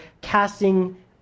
casting